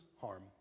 harm